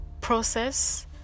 process